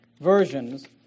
versions